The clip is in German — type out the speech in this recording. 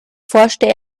forschte